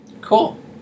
Cool